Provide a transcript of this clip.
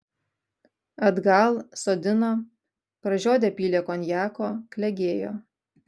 atgal sodino pražiodę pylė konjako klegėjo